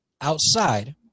outside